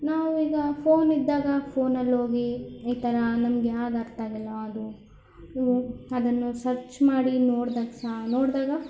ನಾವು ಈಗ ಫೋನಿದ್ದಾಗ ಫೋನಲ್ಲಿ ಹೋಗಿ ಈ ಥರ ನಮಗೆ ಯಾವ್ದು ಅರ್ಥ ಆಗಿಲ್ಲ ಅದು ಅದನ್ನು ಸರ್ಚ್ ಮಾಡಿ ನೋಡ್ದಾಗ ಸಾ ನೋಡ್ದಾಗ